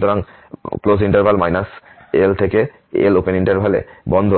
সুতরাং L L এ বন্ধ